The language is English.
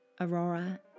aurora